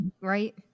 right